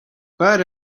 but